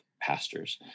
pastors